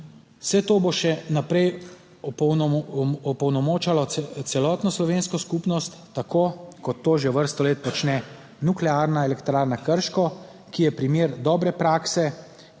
Vse to bo še naprej opolnomočalo celotno slovensko skupnost, tako kot to že vrsto let počne Nuklearna elektrarna Krško, ki je primer dobre prakse,